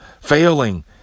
Failing